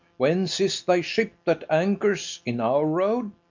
whence is thy ship that anchors in our road?